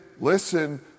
listen